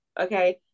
okay